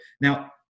Now